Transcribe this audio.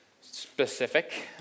specific